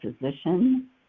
physician